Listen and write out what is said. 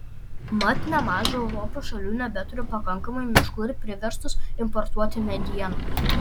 mat nemaža europos šalių nebeturi pakankamai miškų ir priverstos importuoti medieną